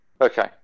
Okay